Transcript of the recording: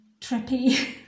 trippy